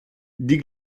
die